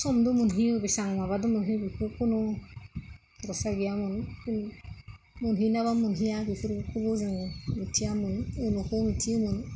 समजों मोनहैयो बेसेबां माबाजों मोनहैयो बेखौ खुनु आसा गैयामोन मोनहैयोना मोनहैया बेफोरखौ जों मिथियामोन उनावसो मिथियोमोन